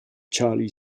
charlie